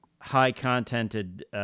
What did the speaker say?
high-contented